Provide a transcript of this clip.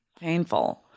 Painful